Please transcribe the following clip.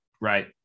right